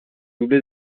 doublé